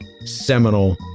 seminal